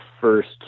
First